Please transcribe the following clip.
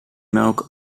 melk